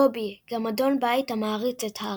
דובי – גמדון בית המעריץ את הארי.